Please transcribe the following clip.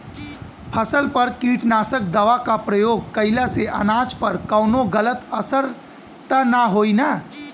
फसल पर कीटनाशक दवा क प्रयोग कइला से अनाज पर कवनो गलत असर त ना होई न?